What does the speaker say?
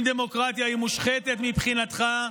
אם דמוקרטיה היא מושחתת מבחינתך,